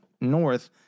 North